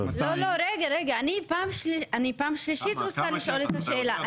--- אני פעם שלישית רוצה לשאול את השאלה.